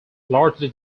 largely